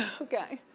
ah okay.